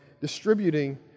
distributing